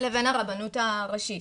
לבין הרבנות הראשית.